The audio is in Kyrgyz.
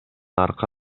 аркы